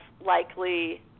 Likely